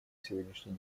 сегодняшний